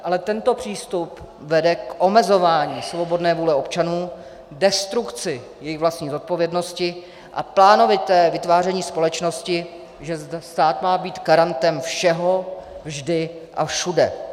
Ale tento přístup vede k omezování svobodné vůle občanů, k destrukci jejich vlastní odpovědnosti a plánovitému vytváření společnosti, že stát má být garantem všeho, vždy a všude.